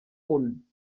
punt